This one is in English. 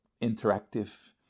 interactive